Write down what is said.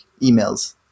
emails